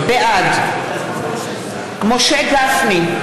בעד משה גפני,